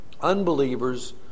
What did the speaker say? unbelievers